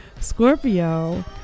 Scorpio